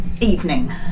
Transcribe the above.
evening